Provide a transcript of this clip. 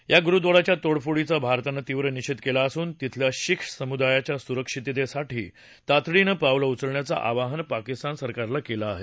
या गुरुद्वाराच्या तोडफोडीचा भारतानं तीव्र निषेध केला असून तिथल्या शीख समुदायाच्या सुरक्षिततेसाठी तातडीनं पावलं उचलण्याचं आवाहन पाकिस्तान सरकारला केलं आहे